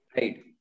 Right